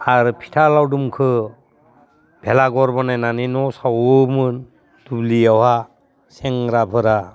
आरो फिथा लावदुमखो भेलाघर बानायनानै न' सावोमोन दुब्लियावहा सेंग्राफोरा